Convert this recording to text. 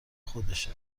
خودشه